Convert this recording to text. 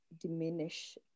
diminish